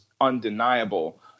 undeniable